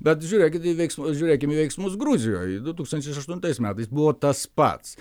bet žiūrėkit į veiksmus žiūrėkim į veiksmus gruzijoj du tūkstančiai aštuntais metais buvo tas pats